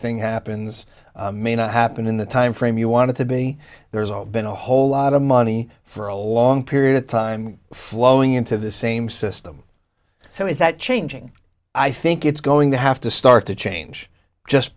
thing happens may not happen in the timeframe you want to be there's been a whole lot of money for a long period of time flowing into the same system so is that changing i think it's going to have to start to change just